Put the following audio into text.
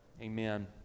Amen